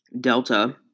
Delta